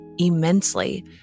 immensely